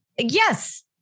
yes